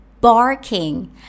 barking